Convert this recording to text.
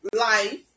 life